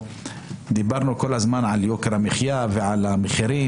דיברנו כל הזמן על יוקר המחיה ועל המחירים